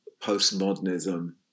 postmodernism